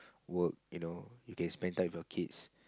work you know you can spend time with your kids